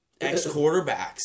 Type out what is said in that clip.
ex-quarterbacks